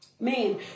Man